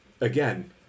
again